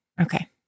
okay